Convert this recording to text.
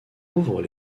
ouvrent